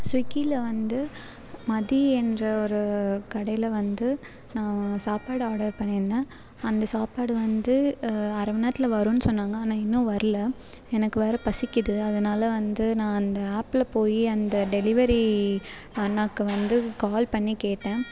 ஸ்விக்கியில் வந்து மதி என்ற ஒரு கடையில் வந்து நான் சாப்பாடு ஆர்டர் பண்ணியிருந்தேன் அந்த சாப்பாடு வந்து அரை மணிநேரத்துல வரும்னு சொன்னாங்க ஆனால் இன்னும் வரலை எனக்கு வேற பசிக்குது அதனால் வந்து நான் அந்த ஆப்பில் போய் அந்த டெலிவரி அண்ணாவுக்கு வந்து கால் பண்ணி கேட்டேன்